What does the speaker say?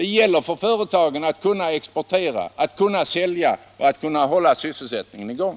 Det gäller dock för företagen att kunna exportera, att kunna sälja och att kunna hålla sysselsättningen i gång.